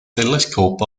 teleskop